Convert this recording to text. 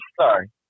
sorry